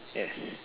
yes